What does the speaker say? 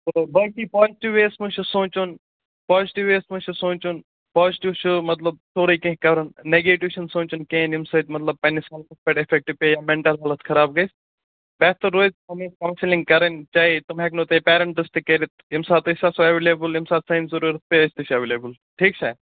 چلو باقٕے positive ways منٛز چھِ سونٛچُن پازٹِو وییَس منٛز چھِ سونٛچُن پازٹِو چھِ مطلب سورُے کینٛہہ کَرُن نَگیٹِو چھِنہٕ سونٛچُن کینٛہہ ییٚمہِ سۭتۍ مطلب پںٛنِس ہیلتھَس پٮ۪ٹھ ایفیکٹ پیٚیہِ یا مینٛٹَل ہیلٕتھ خَراب گژھِ بہتر روزِ پںٕنۍ کَوسلِنٛگ کَرٕنۍ چاہے تم ہٮ۪کنو تۄہہِ پیرَنٛٹٕس تہِ کٔرِتھ ییٚمہِ ساتہٕ أسۍ آسو ایویلیبٕل ییٚمہِ ساتہٕ سٲنۍ ضٔروٗرَت پیٚیہِ أسۍ تہِ چھِ ایویلیبٕل ٹھیٖک چھا